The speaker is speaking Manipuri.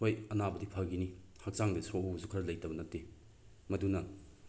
ꯍꯣꯏ ꯑꯅꯥꯕꯗꯤ ꯐꯈꯤꯅꯤ ꯍꯛꯆꯥꯡꯗ ꯁꯣꯛꯍꯧꯕꯁꯨ ꯈꯔ ꯂꯩꯇꯕ ꯅꯠꯇꯦ ꯃꯗꯨꯅ